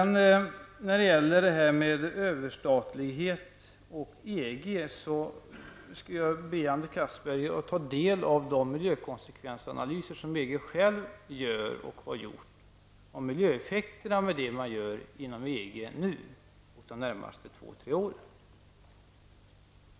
När det gäller överstatlighet och EG skulle jag vilja be Anders Castberger att ta del av de miljökonsekvensanalyser som EG själv gör och har gjort angående vilka miljöeffekterna blir av vad man gör inom EG nu och under de närmaste två-- tre åren.